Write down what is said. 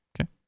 Okay